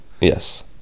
yes